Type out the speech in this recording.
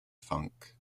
funk